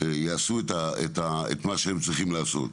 ויעשו את מה שהם צריכים לעשות.